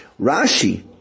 Rashi